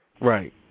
right